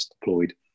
deployed